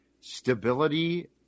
stability